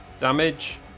damage